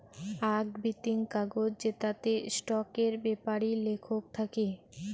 আক বিতিং কাগজ জেতাতে স্টকের বেপারি লেখক থাকি